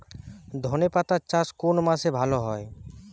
ধনেপাতার চাষ কোন মাসে ভালো হয়?